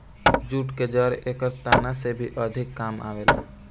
jute के जड़ एकर तना से भी अधिका काम आवेला